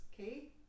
okay